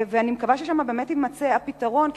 ואני מקווה שבאמת שם יימצא הפתרון.